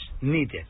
needed